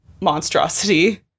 monstrosity